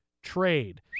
trade